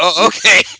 Okay